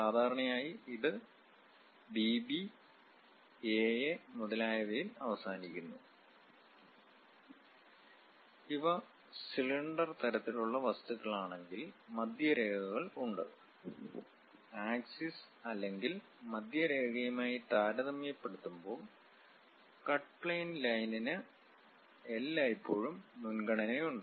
സാധാരണയായി ഇത് B B A A മുതലായവയിൽ അവസാനിക്കുന്നു ഇവ സിലിണ്ടർ തരത്തിലുള്ള വസ്തുക്കളാണെങ്കിൽ മധ്യരേഖകൾ ഉണ്ട് ആക്സിസ് അല്ലെങ്കിൽ മധ്യരേഖയുമായി താരതമ്യപ്പെടുത്തുമ്പോൾ കട്ട് പ്ലെയിൻ ലൈനിന് എല്ലായ്പ്പോഴും മുൻഗണനയുണ്ട്